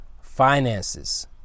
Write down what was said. finances